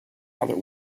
other